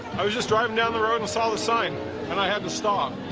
i was just driving down the road and saw the sign and i had to stop.